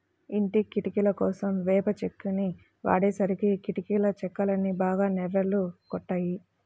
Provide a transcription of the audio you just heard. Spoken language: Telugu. ఇంటి కిటికీలకోసం వేప చెక్కని వాడేసరికి కిటికీ చెక్కలన్నీ బాగా నెర్రలు గొట్టాయి